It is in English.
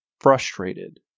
frustrated